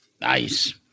Nice